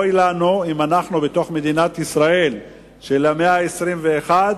אוי לנו אם אנחנו, במדינת ישראל של המאה ה-21,